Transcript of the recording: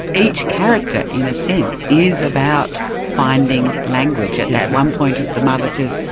each character in a sense is about finding language. at yeah one point the mother says,